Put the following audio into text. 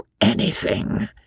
anything